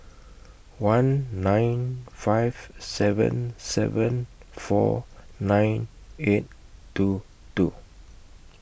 one nine five seven seven four nine eight two two